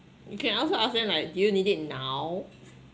you can also ask them like do you need it now